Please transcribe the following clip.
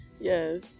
Yes